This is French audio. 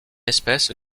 espèce